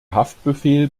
haftbefehl